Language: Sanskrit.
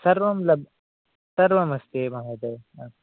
सर्वं लभ्य सर्वम् अस्ति महोदय